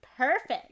Perfect